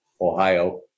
ohio